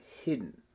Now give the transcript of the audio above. hidden